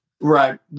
Right